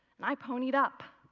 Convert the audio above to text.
and i ponied up.